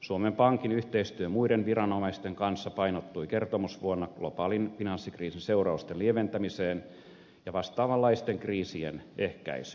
suomen pankin yhteistyö muiden viranomaisten kanssa painottui kertomusvuonna globaalin finanssikriisin seurausten lieventämiseen ja vastaavanlaisten kriisien ehkäisyyn